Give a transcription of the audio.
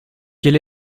quel